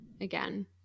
again